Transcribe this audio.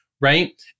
right